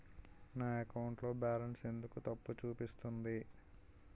నా అకౌంట్ లో బాలన్స్ ఎందుకు తప్పు చూపిస్తుంది?